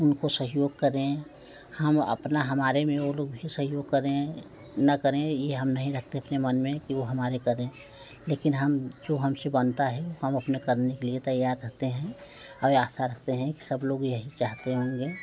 उनको सहयोग करें हम अपना हमारे में वो लोग भी सहयोग करें ना करें ये हम नहीं रखते अपने मन में कि वो हमारे करें लेकिन हम जो हमसे बनता है वो हम अपने करने के लिए तैयार रहते हैं और ये आसा रखते हैं कि सब लोग भी यही चाहते होंगे